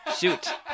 shoot